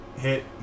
hit